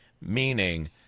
Meaning